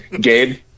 Gabe